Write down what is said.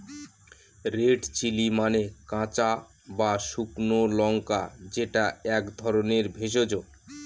red chili মানে কাঁচা বা শুকনো লঙ্কা যেটা এক ধরনের ভেষজ